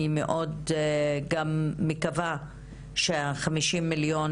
אני גם מאוד מקווה שה-50 מיליון